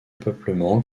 peuplement